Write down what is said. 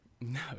no